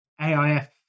AIF